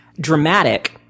dramatic